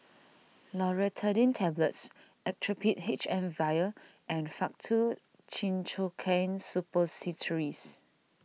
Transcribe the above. Loratadine Tablets Actrapid H M Vial and Faktu Cinchocaine Suppositories